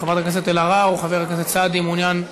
חברת הכנסת אלהרר או חבר הכנסת סעדי, מעוניין?